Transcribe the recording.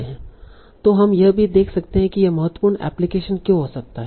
तो हम यह भी देख सकते हैं कि यह बहुत महत्वपूर्ण एप्लीकेशन क्यों हो सकता है